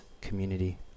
community